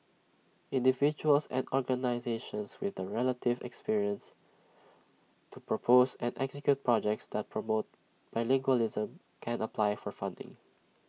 individuals and organisations with the relative experience to propose and execute projects that promote bilingualism can apply for funding